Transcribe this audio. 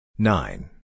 Nine